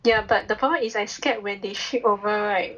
ya but the problem is I scared when they ship over right